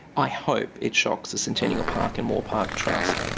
i hope it shocks the centennial park and moore park trust.